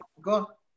Go